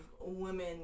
women